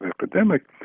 epidemic